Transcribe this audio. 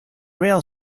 rail